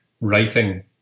writing